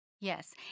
yes